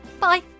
Bye